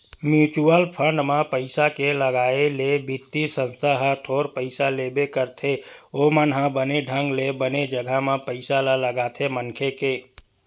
mutual fund म पइसा के लगाए ले बित्तीय संस्था ह थोर पइसा लेबे करथे ओमन ह बने ढंग ले बने जघा म पइसा ल लगाथे मनखे के